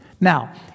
Now